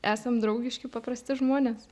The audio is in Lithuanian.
esam draugiški paprasti žmonės